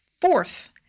Fourth